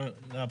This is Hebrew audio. כלומר,